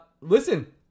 Listen